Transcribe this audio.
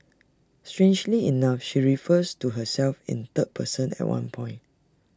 strangely enough she refers to herself in third person at one point